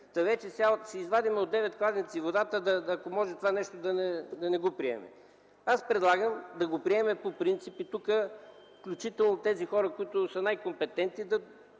та вече сега ще извадим от девет кладенци вода, ако може това нещо да не го приемем?! Аз предлагам да го приемем по принцип. Тук, включително и тези хора, които са най-компетентни,